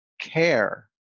care